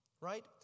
Right